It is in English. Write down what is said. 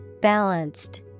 Balanced